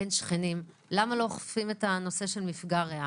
בין שכנים, למה לא אוכפים את הנושא של מפגע ריח?